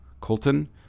Colton